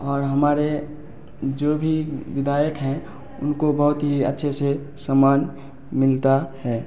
और हमारे जो भी विधायक हैं उनको बहुत ही अच्छे से सम्मान मिलता है